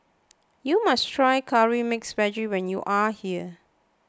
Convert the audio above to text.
you must try Curry Mixed Vegetable when you are here